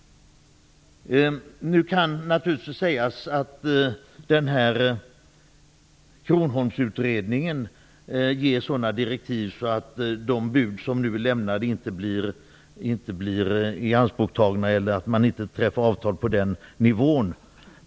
Nu kan det naturligtvis sägas att den här kronoholmsutredningen ger sådana direktiv att de bud som nu är lämnade inte blir ianspråktagna eller att man inte träffar avtal på den nivån.